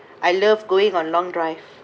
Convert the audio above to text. I love going on long drive